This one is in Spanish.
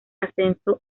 ascenso